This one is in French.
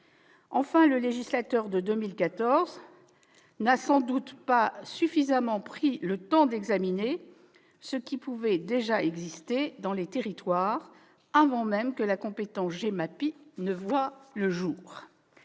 Enfin, le législateur de 2014 n'a sans doute pas suffisamment pris le temps d'examiner ce qui pouvait déjà exister dans les territoires, avant même que la compétence GEMAPI ne voie le jour.